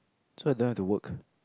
so I don't have to work